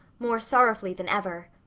more sorrowfully than ever.